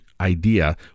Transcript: idea